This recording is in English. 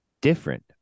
different